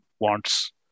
wants